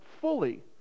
fully